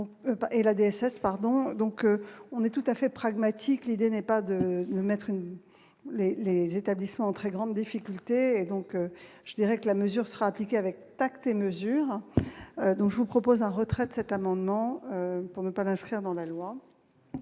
et la DSS pardon, donc on est tout à fait pragmatique, l'idée n'est pas de mettre une les les établissements en très grande difficulté et donc je dirais que la mesure sera appliquée avec tact et mesure, donc je vous propose un retrait de cet amendement pour ne pas l'inscrire dans la loi